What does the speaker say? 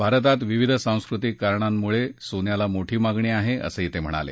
भारतात विविध सांस्कृतिक कारणांमुळे सोन्याला मोठी मागणी आहे असंही ते म्हणाले